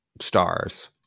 stars